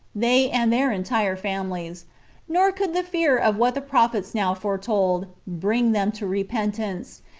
they and their entire families nor could the fear of what the prophets now foretold, bring them to repentance,